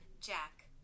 Jack